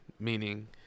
Meaning